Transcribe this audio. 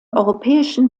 europäischen